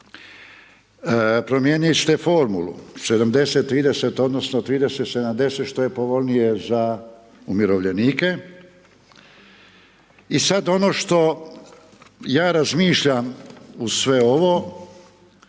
Promijenili ste formulu 70 30 odnosno 30 70 što je povoljnije za umirovljenike i sad ono što ja razmišljam uz sve ovo